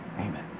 Amen